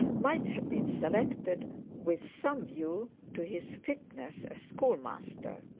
might have been selected with some view to his fitness as schoolmaster.